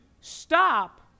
stop